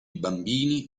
bambini